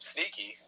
Sneaky